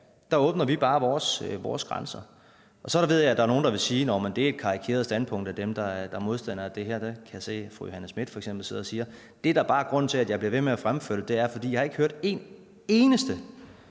da åbner vi bare vores grænser? Så ved jeg, der er nogle, der vil sige, at det er at karikere standpunktet hos dem, der er modstandere af det her. Det kan jeg høre fru Johanne Schmidt-Nielsen sidde og sige. Det, der bare er grunden til, at jeg bliver ved med at fremføre det, er, at jeg ikke har hørt et eneste